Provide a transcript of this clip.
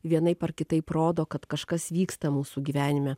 vienaip ar kitaip rodo kad kažkas vyksta mūsų gyvenime